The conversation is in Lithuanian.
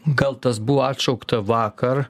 gal tas buvo atšaukta vakar